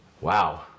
Wow